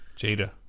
Jada